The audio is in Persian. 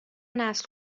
نسل